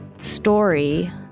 Story